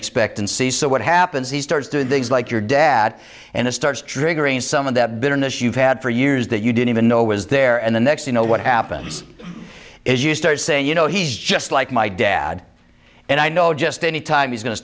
expectancy so what happens he starts doing things like your dad and it starts triggering some of that bitterness you've had for years that you didn't even know was there and the next you know what happens is you start saying you know he's just like my dad and i know just any time he's go